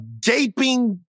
gaping